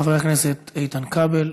חבר הכנסת איתן כבל,